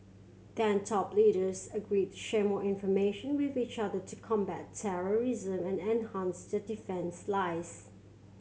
then top leaders agreed to share more information with each other to combat terrorism and enhance the defence lies